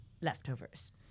leftovers